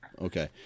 okay